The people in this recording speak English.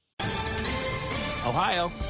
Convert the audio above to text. Ohio